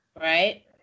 Right